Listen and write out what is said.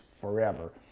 forever